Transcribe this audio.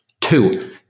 Two